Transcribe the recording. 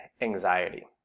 anxiety